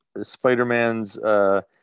Spider-Man's